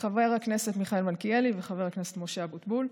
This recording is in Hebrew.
לחבר הכנסת מיכאל מלכיאלי וחבר הכנסת משה אבוטבול.